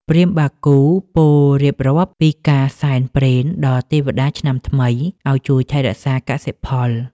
ព្រាហ្មណ៍បាគូពោលរៀបរាប់ពីការសែនព្រេនដល់ទេវតាឆ្នាំថ្មីឱ្យជួយថែរក្សាកសិផល។